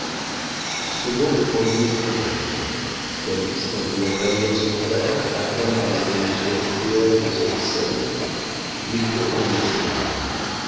ce mot répandit l'épouvante calyste en voyant pâlir son père atteint par les émotions cruelles de cette scène ne put retenir ses larmes